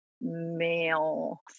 male